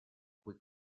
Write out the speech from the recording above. cui